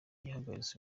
yahagaritse